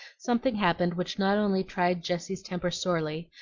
something happened which not only tried jessie's temper sorely,